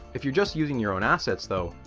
if you're just using your own assets though,